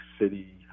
city